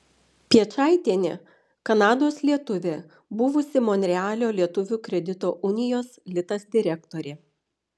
piečaitienė kanados lietuvė buvusi monrealio lietuvių kredito unijos litas direktorė